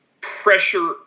pressure